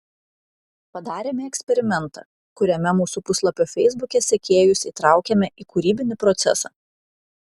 padarėme eksperimentą kuriame mūsų puslapio feisbuke sekėjus įtraukėme į kūrybinį procesą